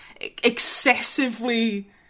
excessively